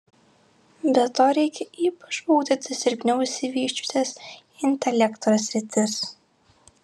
be to reikia ypač ugdyti silpniau išsivysčiusias intelekto sritis